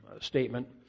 statement